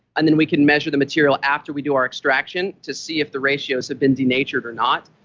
and then we can measure the material after we do our extraction to see if the ratios have been denatured or not.